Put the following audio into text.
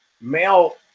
male